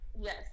Yes